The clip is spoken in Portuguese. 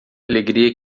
alegria